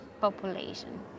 population